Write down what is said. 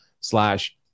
slash